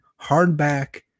hardback